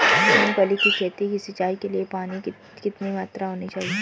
मूंगफली की खेती की सिंचाई के लिए पानी की कितनी मात्रा होनी चाहिए?